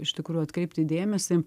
iš tikrųjų atkreipti dėmesį